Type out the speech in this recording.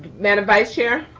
madam vice chair.